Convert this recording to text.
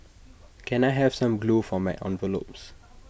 can I have some glue for my envelopes